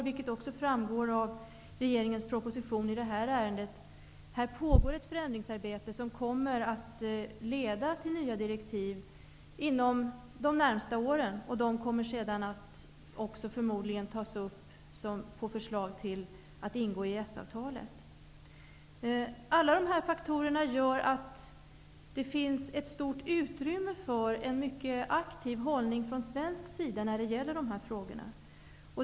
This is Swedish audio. Som också framgår av regeringens proposition i det här ärendet pågår ett förändringsarbete som inom de närmaste åren kommer att leda till nya direktiv och som förmodligen också kommer att föreslås ingå i EES Alla dessa faktorer gör att det finns ett stort utrymme för en mycket aktiv hållning från svensk sida i dessa frågor.